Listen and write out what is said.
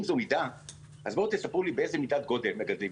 אם זו מידה אז בוא תספרו לי באיזו מידת גודל מדברים.